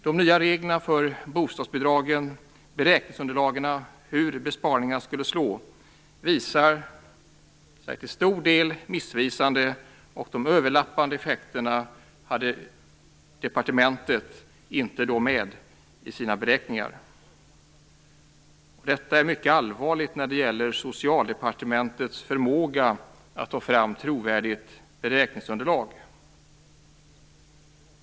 De nya reglerna för bostadsbidragen, beräkningsunderlagen för hur besparingarna skulle slå, visade sig till stora delar missvisande. De överlappande effekterna hade departementet inte tagit med i beräkningarna. Detta är mycket allvarligt när det gäller Socialdepartementets förmåga att ta fram ett trovärdigt beräkningsunderlag.